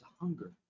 hunger